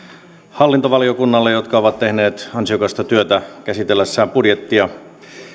hallintovaliokunnalle jotka ovat tehneet ansiokasta työtä käsitellessään budjettia